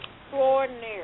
extraordinary